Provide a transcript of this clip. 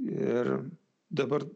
ir dabar